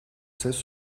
cesse